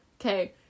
Okay